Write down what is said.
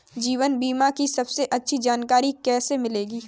जीवन बीमा की सबसे अच्छी जानकारी कैसे मिलेगी?